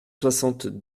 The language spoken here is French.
soixante